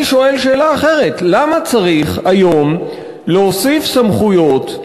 אני שואל שאלה אחרת: למה צריך היום להוסיף סמכויות,